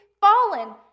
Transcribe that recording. fallen